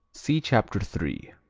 see chapter three.